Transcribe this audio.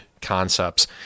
Concepts